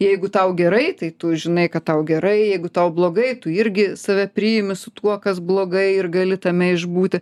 jeigu tau gerai tai tu žinai kad tau gerai jeigu tau blogai tu irgi save priimi su tuo kas blogai ir gali tame išbūti